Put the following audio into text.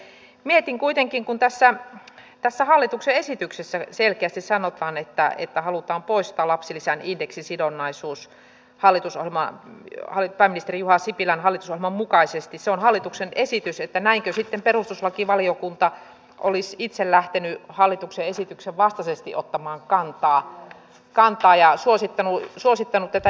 mietin kuitenkin kun tässä hallituksen esityksessä selkeästi sanotaan että halutaan poistaa lapsilisän indeksisidonnaisuus pääministeri juha sipilän hallitusohjelman mukaisesti se on hallituksen esitys että näinkö sitten perustuslakivaliokunta olisi itse lähtenyt hallituksen esityksen vastaisesti ottamaan kantaa ja suosittanut tätä jäädytystä